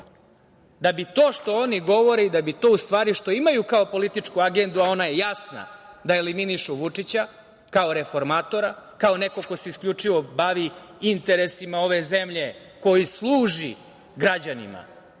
da bi to što oni govore i da bi to u stvari što imaju kao političku agendu, a ona je jasna - da eliminišu Vučića kao reformatora, kao nekog ko se isključivo bavi interesima ove zemlje, koji služi građanima.